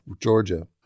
Georgia